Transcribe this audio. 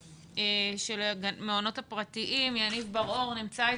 המעונות הפרטיים, יניב בר אור.